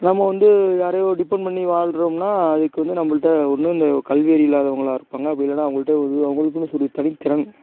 நம்ம வந்து யாரையோ டிப்பெண்ட் பண்ணி வாழ்றோம்னா அதுக்கு வந்து நம்மள்ட்ட ஒன்று இந்த கல்வி அறிவு இல்லாதவங்களாக இருப்பாங்க அப்படி இல்லைன்னா அவங்கள்ட்ட இது அவங்களுக்குன்னு சொல்லி தனித்திறன்